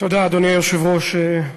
אדוני היושב-ראש, תודה,